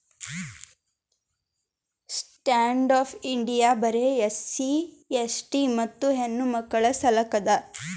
stand up India ಬರೆ SC ST ಮತ್ತ ಹೆಣ್ಣಮಕ್ಕುಳ ಸಲಕ್ ಅದ